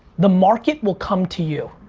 the market will come to you.